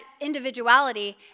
individuality